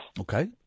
Okay